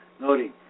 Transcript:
noting